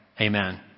amen